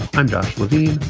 i'm josh levine.